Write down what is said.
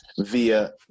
via